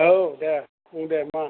औ दे बुं दे मा